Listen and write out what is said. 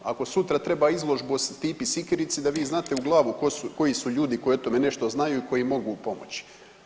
Ako sutra treba izložbu o Stipi Sikirici da vi znate u glavu koji su ljudi koji o tome nešto znaju i koji mogu pomoći.